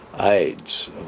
AIDS